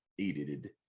edited